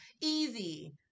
easy